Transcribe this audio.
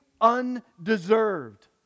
undeserved